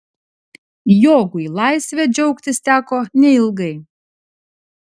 jogui laisve džiaugtis teko neilgai